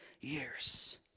years